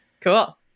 Cool